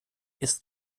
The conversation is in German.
ist